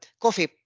coffee